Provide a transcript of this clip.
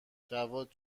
جواد